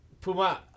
Puma